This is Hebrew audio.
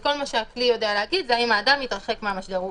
וכל מה שהכלי יודע להגיד זה האם האדם התרחק מהמשדר.